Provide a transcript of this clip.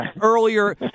earlier